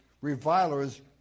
revilers